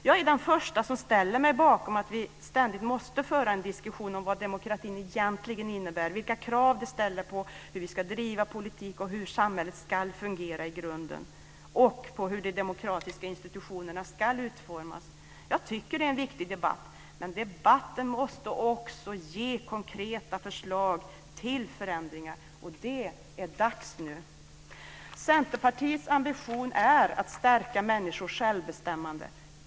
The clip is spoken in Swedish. Jag är den första som ställer mig bakom att vi ständigt måste föra en diskussion om vad demokratin egentligen innebär, vilka krav vi ställer på hur vi ska driva politik, hur samhället ska fungera i grunden och på hur de demokratiska institutionerna ska utformas. Jag tycker att det är en viktig debatt, men debatten måste också ge konkreta förslag till förändringar. Det är nu dags. Centerpartiets ambition är att stärka människors självbestämmande.